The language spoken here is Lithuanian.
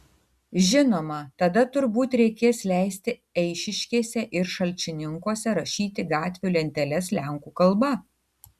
žinoma tada turbūt reikės leisti eišiškėse ir šalčininkuose rašyti gatvių lenteles lenkų kalba